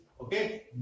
Okay